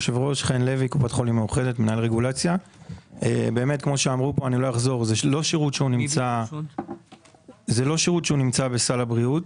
כפי שאמרו פה, זה לא שירות שנמצא בסל הבריאות.